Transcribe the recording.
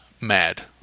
mad